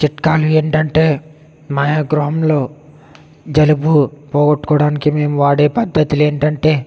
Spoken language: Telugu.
చిట్కాలు ఏంటంటే మా యొక్క గృహంలో జలుబు పోగొట్టుకోవడానికి మేము వాడే పద్ధతులు ఏంటంటే